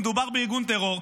מדובר בארגון טרור,